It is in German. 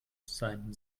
seinem